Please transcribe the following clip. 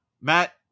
Matt